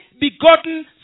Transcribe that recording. begotten